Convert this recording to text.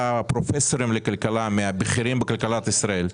פרופסורים לכלכלה מהבכירים בכלכלת ישראל.